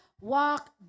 Walk